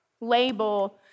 label